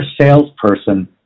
salesperson